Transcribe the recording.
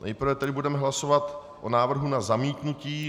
Nejprve tedy budeme hlasovat o návrhu na zamítnutí.